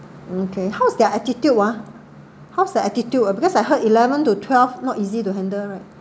okay how's their attitude ah how's their attitude ah because I heard eleven to twelve not easy to handle right